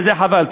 וזה חבל.